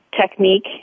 technique